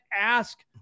ask